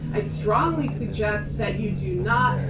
i strongly suggest that you do not.